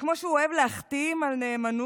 וכמו שהוא אוהב להחתים על נאמנות,